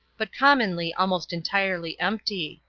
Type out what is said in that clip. but commonly almost entirely empty.